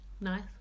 Nice